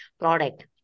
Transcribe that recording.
product